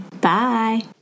Bye